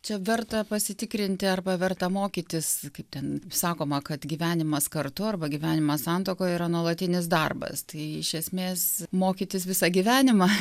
čia verta pasitikrinti arba verta mokytis kaip ten sakoma kad gyvenimas kartu arba gyvenimas santuokoje yra nuolatinis darbas tai iš esmės mokytis visą gyvenimą